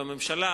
בממשלה,